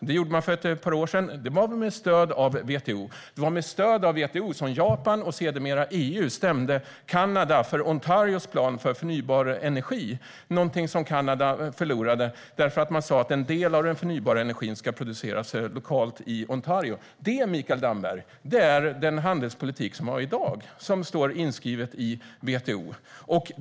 Det var också med stöd av WTO som Japan och sedermera EU stämde Kanada för Ontarios plan för förnybar energi, där Kanada förlorade därför att man sa att en del av den förnybara energin skulle produceras lokalt i Ontario. Detta, Mikael Damberg, är den handelspolitik som i dag står inskriven i WTO.